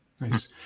nice